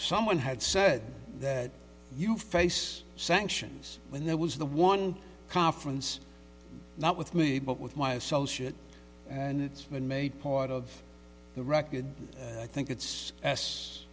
someone had said that you face sanctions when there was the one conference not with me but with my associates and it's been made part of the record i think it's s